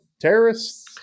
terrorists